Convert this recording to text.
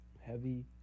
heavy